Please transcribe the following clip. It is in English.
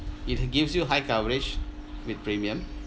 it gives you high coverage with premium